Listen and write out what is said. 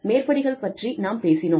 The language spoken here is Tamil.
மேற்படிகள் பற்றி நாம் பேசினோம்